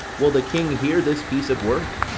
will the king hear this piece of work?